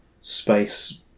space